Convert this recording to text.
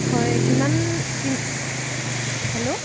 হয় কিমান কিম হেল্ল'